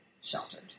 sheltered